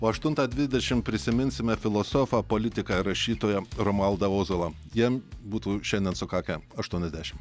o aštuntą dvidešim prisiminsime filosofą politiką rašytoją romualdą ozolą jam būtų šiandien sukakę aštuoniasdešim